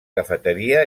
cafeteria